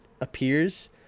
appears